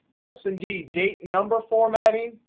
yes, indeed, date number formatting.